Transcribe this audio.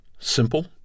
Simple